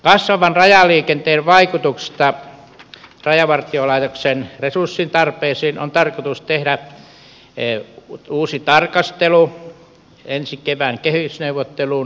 kasvavan rajaliikenteen vaikutuksesta rajavartiolaitoksen resurssitarpeisiin on tarkoitus tehdä uusi tarkastelu ensi kevään kehysneuvotteluun